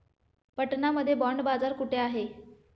पटना मध्ये बॉंड बाजार कुठे आहे?